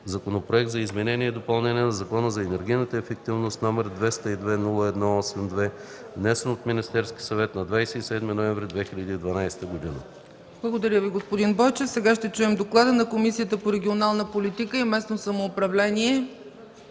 Законопроект за изменение и допълнение на Закона за енергийната ефективност, № 202-01-82, внесен от Министерския съвет на 27 ноември 2012 г.” ПРЕДСЕДАТЕЛ ЦЕЦКА ЦАЧЕВА: Благодаря Ви, господин Бойчев. Сега ще чуем доклада на Комисията по регионална политика и местно самоуправление.